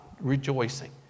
rejoicing